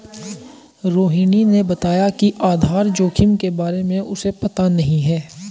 रोहिणी ने बताया कि आधार जोखिम के बारे में उसे पता नहीं है